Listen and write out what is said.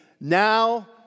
Now